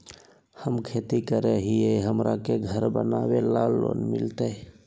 हमे खेती करई हियई, हमरा के घर बनावे ल लोन मिलतई?